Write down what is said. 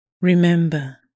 Remember